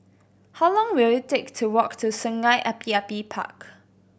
how long will it take to walk to Sungei Api Api Park